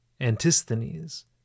Antisthenes